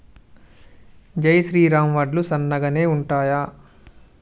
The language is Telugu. జై శ్రీరామ్ వడ్లు సన్నగనె ఉంటయా?